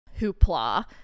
hoopla